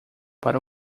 para